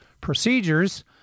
procedures